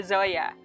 Zoya